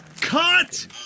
Cut